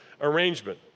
arrangement